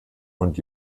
und